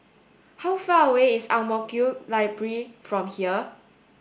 how far away is Ang Mo Kio Library from here